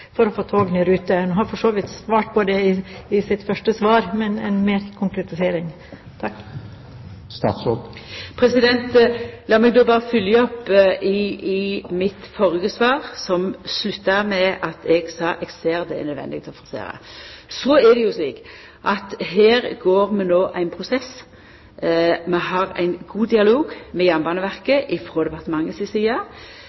for å få togene i rute? Hun har for så vidt svart på det i sitt første svar, men jeg ønsker en nærmere konkretisering. Lat meg berre følgja opp mitt førre svar der eg sa at eg ser det er nødvendig å forsera. Her har vi no ein prosess. Vi har ein god dialog med